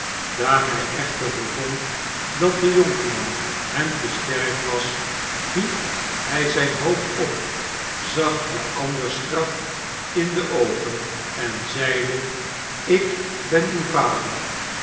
daar hij echter bevond dat de jonkman hem te sterk was hief hij zim hoofd op zag den ander strak in de oogen en zeide ik ben tiw vader